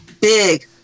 big